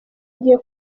agiye